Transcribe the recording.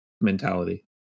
mentality